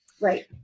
Right